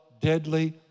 deadly